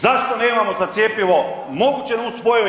Zašto nemamo za cjepivo moguće nuspojave?